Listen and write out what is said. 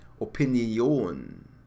Opinion